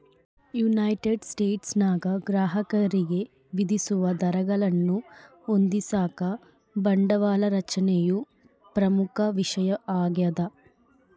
United ಸ್ಟೇಟ್ಸ್ನಾಗ ಗ್ರಾಹಕರಿಗೆ ವಿಧಿಸುವ ದರಗಳನ್ನು ಹೊಂದಿಸಾಕ ಬಂಡವಾಳ ರಚನೆಯು ಪ್ರಮುಖ ವಿಷಯ ಆಗ್ಯದ